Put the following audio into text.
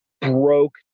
broke